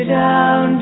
down